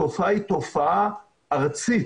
התופעה היא תופעה ארצית.